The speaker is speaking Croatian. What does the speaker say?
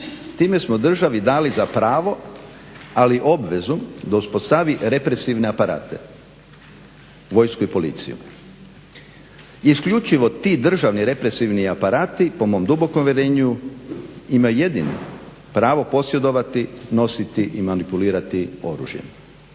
Time smo državi dali za pravo ali i obvezu da uspostavi represivne aparate vojsku i policiju. Isključivo ti državni represivni aparati po mom dubokom uvjerenju imaju jedini pravo posjedovati, nositi i manipulirati oružje.